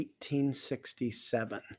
1867